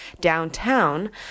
downtown